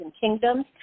kingdoms